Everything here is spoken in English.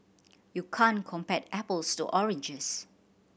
you can't compare apples to oranges